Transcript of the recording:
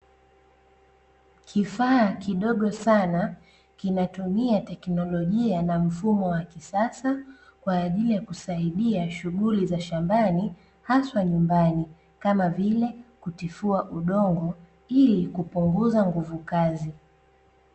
Kifaa kidogo sana kinatumia teknolojia na mfumo wa kisasa kwa ajili ya kusaidia shughuli za shambani haswa nyumbani kama vile kutifua udongo ili kupunguza nguvu kazi.